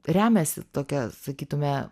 remiasi tokia sakytume